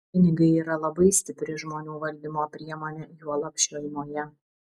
pinigai yra labai stipri žmonių valdymo priemonė juolab šeimoje